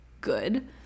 good